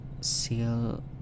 Seal